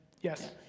Yes